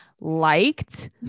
liked